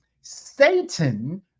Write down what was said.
Satan